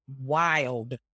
wild